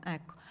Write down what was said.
Ecco